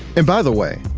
and by the way,